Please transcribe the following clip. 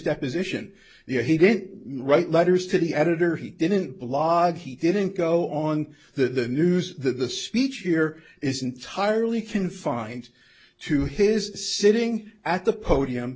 deposition there he didn't write letters to the editor he didn't blog he didn't go on the news that the speech here is entirely confined to his sitting at the podium